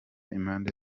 impande